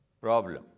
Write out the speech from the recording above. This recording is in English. problem